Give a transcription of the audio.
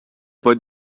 but